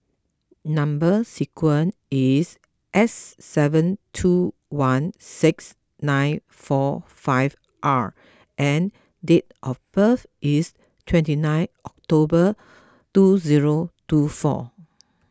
Number Sequence is S seven two one six nine four five R and date of birth is twenty nine October two zero two four